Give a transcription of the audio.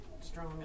strong